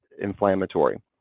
inflammatory